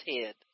head